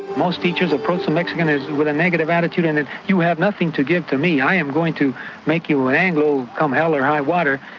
most teachers approach the mexicans with a negative attitude, and you have nothing to give to me. i am going to make an anglo, come hell or high water,